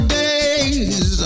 days